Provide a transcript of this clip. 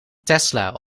tesla